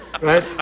right